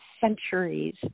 centuries